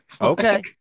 Okay